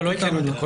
לא הקראנו את הכול.